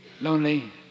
lonely